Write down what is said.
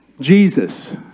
Jesus